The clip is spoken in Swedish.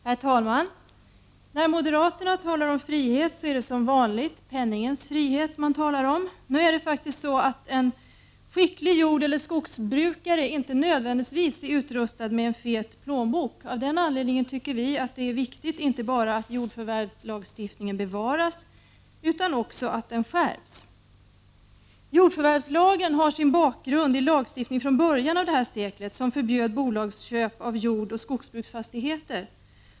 Herr talman! När moderaterna talar om frihet är det som vanligt penningens frihet de menar. Nu är det faktiskt så att en skicklig jordeller skogsbrukare inte nödvändigtvis är utrustad med en fet plånbok. Av den anledningen tycker vi i vpk att det är viktigt inte bara att jordförvärvslagstiftningen bevaras utan också att den skärps. Jordförvärvslagen har sin bakgrund i en lagstiftning från början av seklet, som förbjöd bolagsköp av jordoch skogsbruksfastigheter.